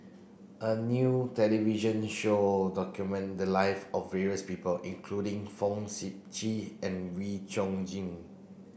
a new television show document the live of various people including Fong Sip Chee and Wee Chong Jin